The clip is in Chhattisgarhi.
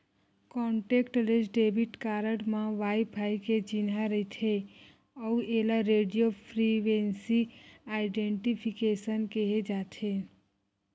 कांटेक्टलेस डेबिट कारड म वाईफाई के चिन्हा रहिथे अउ एला रेडियो फ्रिवेंसी आइडेंटिफिकेसन केहे जाथे